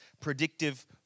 predictive